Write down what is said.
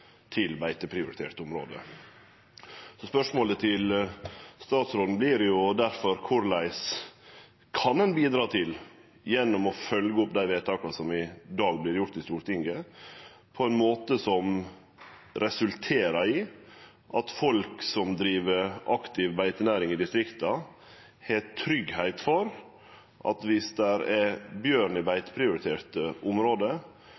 til beiteprioriterte område. Spørsmålet til statsråden vert difor: Korleis kan ein bidra til, gjennom å følgje opp dei vedtaka som i dag vert fatta i Stortinget, at resultatet vert at folk som driv aktiv beitenæring i distrikta, kan vere trygge på at dersom det er bjørn i beiteprioriterte område,